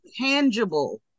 tangible